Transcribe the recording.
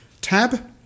tab